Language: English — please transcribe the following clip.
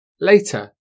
Later